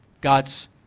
God's